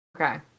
Okay